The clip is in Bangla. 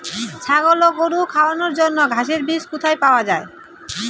ছাগল ও গরু খাওয়ানোর জন্য ঘাসের বীজ কোথায় পাওয়া যায়?